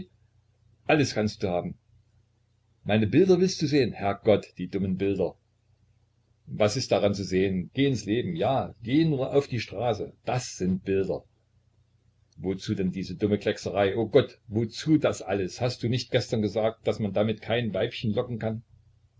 alles kannst du haben meine bilder willst du sehen herrgott die dummen bilder was ist daran zu sehen geh ins leben ja geh nur auf die straße das sind bilder wozu denn diese dumme kleckserei o gott wozu das alles hast du nicht gestern gesagt daß man damit kein weibchen locken kann